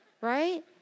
Right